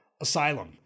Asylum